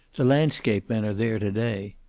the landscape men are there today.